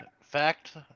fact